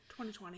2020